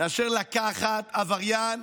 מאשר לקחת עבריין